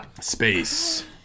Space